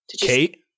Kate